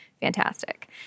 Fantastic